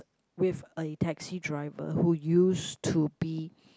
with a taxi driver who used to be